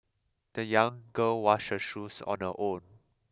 the young girl washed her shoes on her own